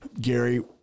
Gary